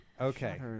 Okay